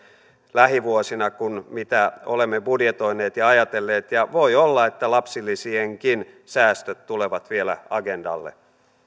lähivuosina kuin mitä olemme budjetoineet ja ajatelleet ja voi olla että lapsilisienkin säästöt tulevat vielä agendalle